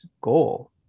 goal